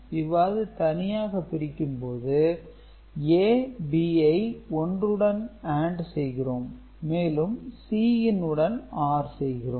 இவ்வாறு தனியாக பிரிக்கும்போது A B ஐ 1 உடன் AND செய்கிறோம் மேலும் Cin உடன் OR செய்கிறோம்